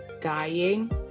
dying